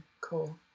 cool